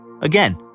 Again